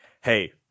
hey